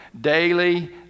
daily